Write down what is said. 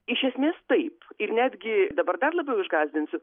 iš esmės taip ir netgi dabar dar labiau išgąsdinsiu